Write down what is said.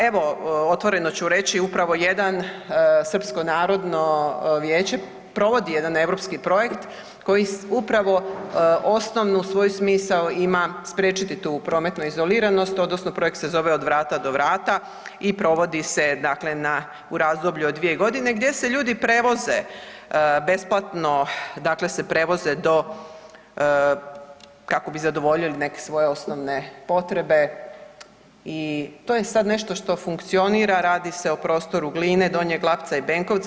Evo, otvoreno ću reći upravo jedan, Srpsko narodno vijeće provodi jedan europski projekt koji upravo osnovnu svoju smisao ima spriječiti tu prometnu izoliranost odnosno projekt se zove „Od vrata do vrata“ i provodi se dakle na, u razdoblju od 2.g. gdje se ljudi prevoze besplatno, dakle se prevoze do kako bi zadovoljili neke svoje osnovne potrebe i to je sad nešto što funkcionira, radi se o prostoru Gline, Donjeg Lapca i Benkovca.